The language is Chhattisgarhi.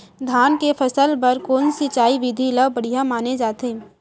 धान के फसल बर कोन सिंचाई विधि ला बढ़िया माने जाथे?